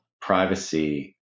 privacy